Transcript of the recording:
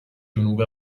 جنوب